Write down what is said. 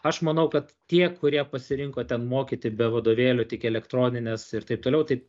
aš manau kad tie kurie pasirinko ten mokyti be vadovėlių tik elektronines ir taip toliau tai